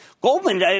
Goldman